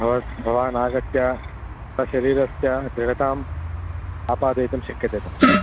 भवान् भवानागत्य शरीरस्य दृढताम् आपादयितुं शक्यते तत्र